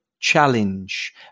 challenge